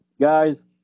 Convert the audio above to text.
Guys